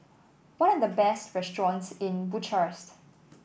what are the best restaurants in Bucharest